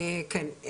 כן.